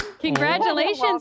congratulations